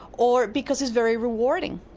or because it's very rewarding.